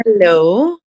Hello